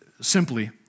simply